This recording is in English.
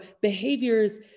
behaviors